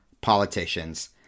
politicians